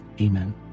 Amen